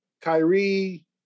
Kyrie